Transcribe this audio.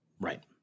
Right